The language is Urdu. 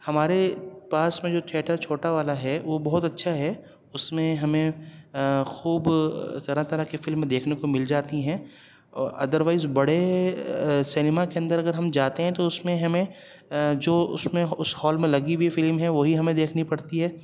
ہمارے پاس میں جو تھیٹرچھوٹا والا ہے وہ بہت اچھا ہے اس میں ہمیں خوب طرح طرح کی فلم دیکھنے کو مل جاتی ہیں ادروائز بڑے سنیما کے اندر اگر ہم جاتے ہیں تو اس میں ہمیں جو اس میں اس ہال میں لگی ہوئی فلم ہے وہی ہمیں دیکھنی پڑتی ہے